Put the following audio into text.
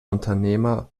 unternehmer